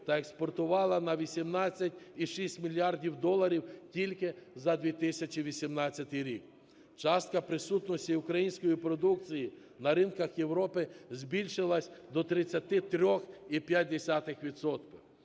та експортувала на 18,6 мільярдів доларів тільки за 2018 рік. Частка присутності української продукції на ринках Європи збільшилась до 33,5